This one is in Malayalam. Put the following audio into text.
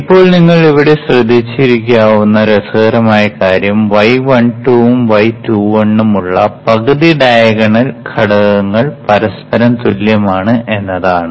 ഇപ്പോൾ നിങ്ങൾ ഇവിടെ ശ്രദ്ധിച്ചിരിക്കാവുന്ന രസകരമായ കാര്യം y12 ഉം y21 ഉം ഉള്ള പകുതി ഡയഗണൽ ഘടകങ്ങൾ പരസ്പരം തുല്യമാണ് എന്നതാണ്